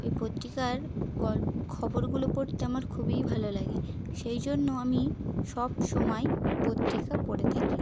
ওই পত্রিকার গল খবরগুলো পড়তে আমার খুবই ভালো লাগে সেই জন্য আমি সব সময় পত্রিকা পড়ে থাকি